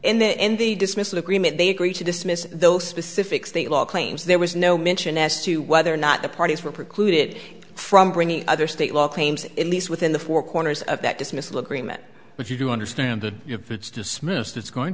ce and the dismissal agreement they agree to dismiss those specific state law claims there was no mention as to whether or not the parties were precluded from bringing other state law claims at least within the four corners of that dismissal agreement but you do understand that if it's dismissed it's going